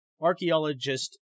archaeologist